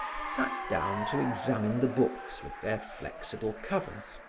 sat down to examine the books with their flexible covers.